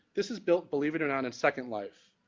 this is built, believe it or not, in second life.